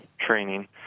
training